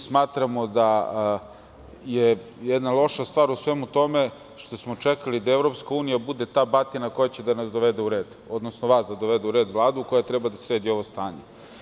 Smatramo da je jedna loša stvar u svemu tome što smo čekali da EU bude ta batina koja će da nas dovede u red, odnosno vas dovede u red, Vladu koja treba da sredi ovo stanje.